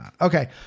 Okay